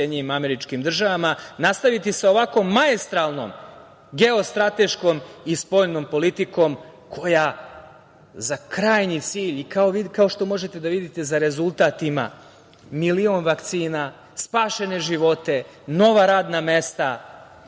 i EU nastaviti i sa SAD, nastaviti sa ovako maestralnom geostrateškom i spoljnom politikom koja za krajnji cilj i kao što možete da vidite za rezultat ima milion vakcina, spašene živote, nova radna mesta,